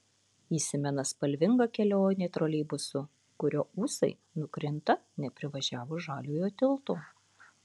įsimena spalvinga kelionė troleibusu kurio ūsai nukrinta neprivažiavus žaliojo tilto